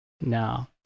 No